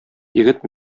егет